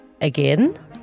again